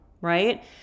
right